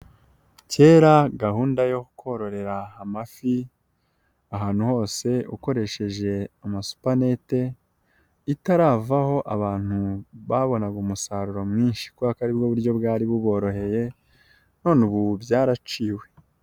Kera gahunda yo kororera amafi ahantu hose ukoresheje amasupanete, itaravaho abantu babonaga umusaruro mwinshi kubera ko aribwo buryo bwari buboroheye none ubu byaraciwe.